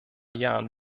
jahren